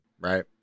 right